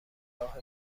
راه